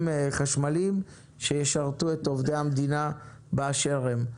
חשמליים שישרתו את עובדי המדינה באשר הם.